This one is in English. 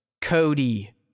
cody